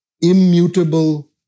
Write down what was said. immutable